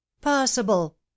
possible